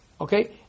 Okay